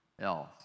else